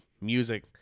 music